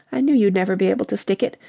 i knew you'd never be able to stick it.